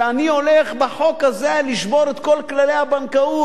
שאני הולך בחוק הזה לשבור את כל כללי הבנקאות,